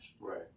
Right